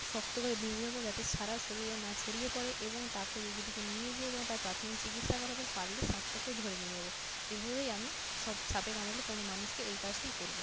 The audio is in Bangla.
শক্ত করে বেঁধে দেবো যাতে সারা শরীরে না ছড়িয়ে পড়ে এবং তাকে রুগীটিকে নিয়ে যেয়ে এবং তার প্রাথমিক চিকিৎসা করাবো পারলে সাপটাকেও ধরে নিয়ে যাবো এভাবেই আমি সব সাপে কামড়ালে কোনও মানুষকে এই কাজটি করবো